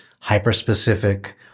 hyper-specific